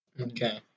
Okay